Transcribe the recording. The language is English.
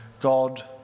God